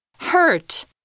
Hurt